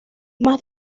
más